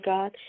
God